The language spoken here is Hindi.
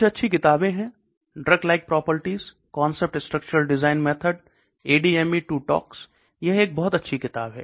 कुछ अच्छी किताबें हैं Drug like properties concept structure design methods ADME to tox यह एक बहुत अच्छी किताब है